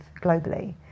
globally